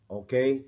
okay